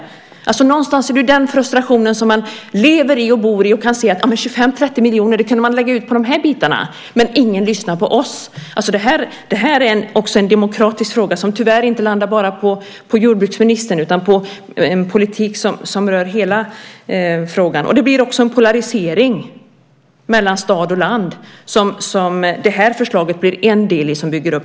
Någonstans finns den frustration som man lever och bor i. Man ser att 25-30 miljoner kan läggas ut på dessa bitar - men ingen lyssnar. Det här är en demokratisk fråga, som tyvärr inte landar bara på jordbruksministern utan på en politik som rör hela frågan. Förslaget blir en del i en ytterligare polarisering mellan stad och land.